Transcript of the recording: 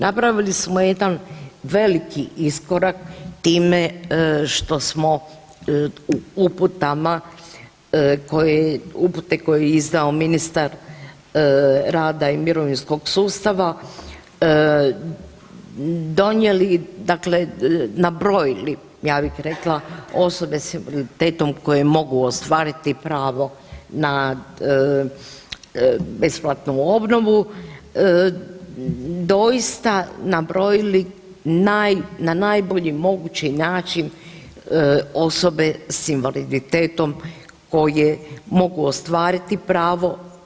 Napravili smo jedan veliki iskorak time što smo u uputama koje, upute koje je izdao ministar rada i mirovinskog sustava donijeli dakle nabrojili ja bih rekla osobe s invaliditetom koje mogu ostvariti pravo na besplatnu obnovu, doista nabrojili na najbolji mogući način osobe s invaliditetom koje mogu ostvariti pravo.